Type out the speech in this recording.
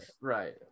Right